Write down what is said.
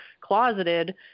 closeted